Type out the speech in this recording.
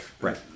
Right